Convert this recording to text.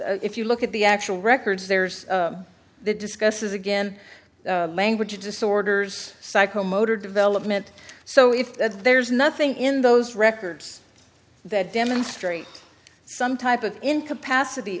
a if you look at the actual records there's the discusses again language disorders psychomotor development so if there's nothing in those records that demonstrate some type of incapacity